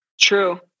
True